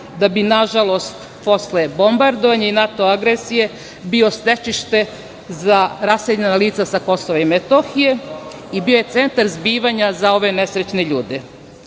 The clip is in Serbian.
da bi nažalost posle bombardovanja i NATO agresije bio stecište za raseljena lica sa Kosova i Metohije i bio je centar zbivanja za ove nesrećne